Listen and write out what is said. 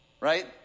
right